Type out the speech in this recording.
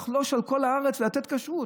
לחלוש על כל הארץ ולתת כשרות.